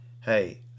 hey